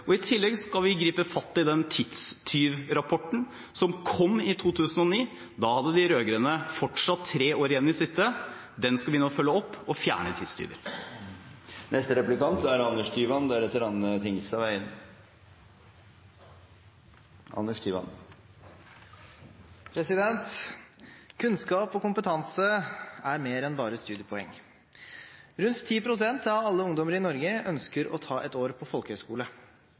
år. I tillegg skal vi gripe fatt i den tidstyvrapporten som kom i 2009. Da hadde de rød-grønne fortsatt tre år igjen å sitte. Den rapporten skal vi nå følge opp og fjerne tidstyver. Kunnskap og kompetanse er mer enn bare studiepoeng. Rundt 10 pst. av alle ungdommer i Norge ønsker å ta et år på